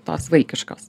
tos vaikiškos